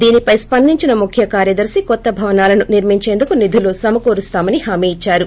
దీనిపై స్పందించిన ముఖ్య కార్యదర్శి కొత్త భవనాలను నిర్మి ంచేందుకు నిధులు సమకూరుస్తామని హామీ ఇచ్చారు